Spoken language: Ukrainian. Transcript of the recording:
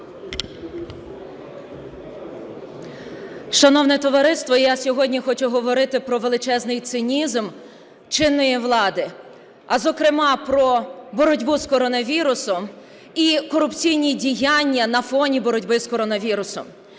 Шановне товариство, я сьогодні хочу говорити про величезний цинізм чинної влади, а, зокрема, про боротьбу з коронавірусом і корупційні діяння на фоні боротьби з коронавірусом.